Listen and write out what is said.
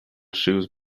shoes